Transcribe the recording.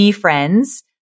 Friends